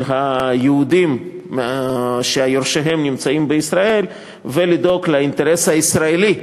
היהודים שיורשיהם נמצאים בישראל ולדאוג לאינטרס הישראלי,